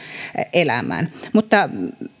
elämään mutta